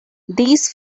these